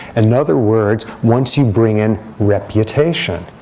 and in other words, once you bring in reputation,